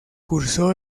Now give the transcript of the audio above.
cursó